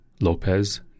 Lopez